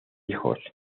hijos